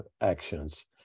actions